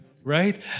right